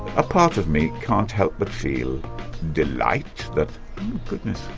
a part of me can't help but feel delight that goodness,